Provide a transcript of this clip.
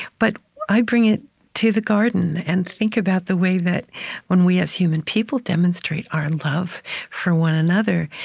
but i bring it to the garden and think about the way that when we, as human people, demonstrate our and love for one another,